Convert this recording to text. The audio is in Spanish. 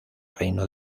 reino